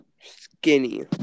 skinny